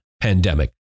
pandemic